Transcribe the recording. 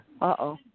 Uh-oh